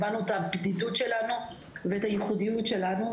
הבנו את הבדידות שלנו ואת הייחודיות שלנו,